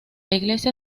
iglesia